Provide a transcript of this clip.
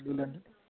London